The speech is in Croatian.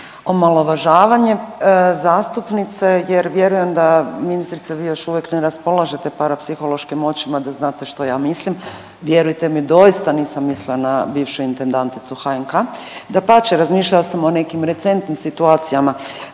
omalovažavanje zastupnice jer vjerujem da, ministrice, vi još uvijek ne raspolažete parapsihološkim moćima da znate što ja mislim, vjerujte, doista nisam mislila na bivšu intendanticu HNK, dapače, razmišljala sam o nekim recentnim situacijama.